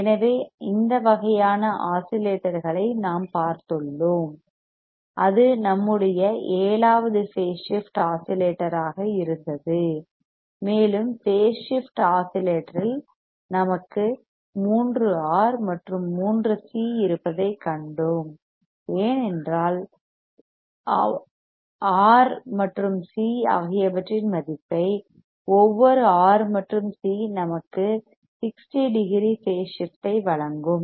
எனவே அந்த வகையான ஆஸிலேட்டரை நாம் பார்த்துள்ளோம் அது நம்முடைய 7 வது பேஸ் ஷிப்ட் ஆஸிலேட்டராக இருந்தது மேலும் பேஸ் ஷிப்ட் ஆஸிலேட்டரில் நமக்கு மூன்று ஆர் மற்றும் மூன்று சி இருப்பதைக் கண்டோம் ஏனென்றால் ஆர் மற்றும் சி ஆகியவற்றின் மதிப்பை ஒவ்வொரு ஆர் மற்றும் சி நமக்கு 60 டிகிரி பேஸ் ஷிப்ட் ஐ வழங்கும்